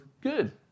good